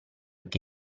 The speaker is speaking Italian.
che